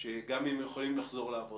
שאינם יכולים לחזור לעבוד.